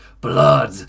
blood